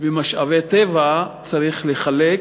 במשאבי טבע צריך לחלק